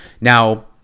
Now